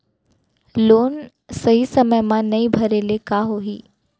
Loan सही समय मा नई भरे ले का होही?